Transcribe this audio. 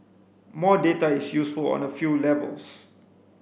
more data is useful on a few levels